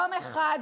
יום אחד,